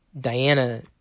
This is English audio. Diana